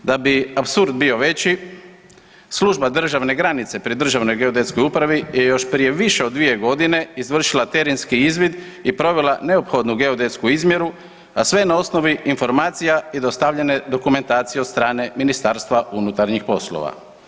Da bi apsurd bio veći, služba državne granice pri Državnoj geodetskoj upravi, je još prije više od 2 godine izvršila terenski izvid i provela neophodnu geodetsku izmjeru, a sve na osnovi informacija i dostavljene dokumentacije od strane Ministarstva unutarnjih poslova.